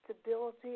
stability